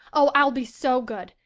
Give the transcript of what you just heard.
oh, i'll be so good.